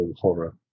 horror